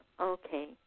Okay